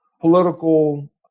political